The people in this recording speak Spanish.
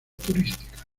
turística